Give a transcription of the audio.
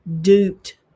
duped